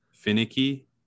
finicky